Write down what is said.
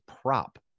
prop